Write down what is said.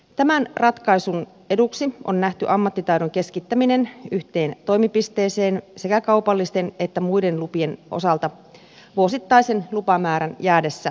tämän ratkaisun eduksi on nähty ammattitaidon keskittäminen yhteen toimipisteeseen sekä kaupallisten että muiden lupien osalta vuosittaisen lupamäärän jäädessä vähäiseksi